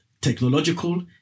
technological